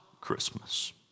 Christmas